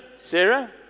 Sarah